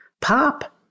Pop